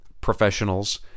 professionals